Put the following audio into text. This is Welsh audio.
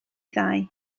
ddau